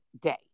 day